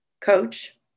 coach